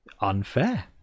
unfair